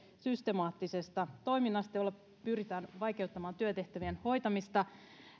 systemaattisesta toiminnasta jolla pyritään vaikeuttamaan työtehtävien hoitamista